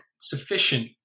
sufficient